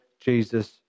Jesus